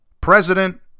President